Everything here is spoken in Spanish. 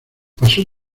pasó